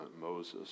Moses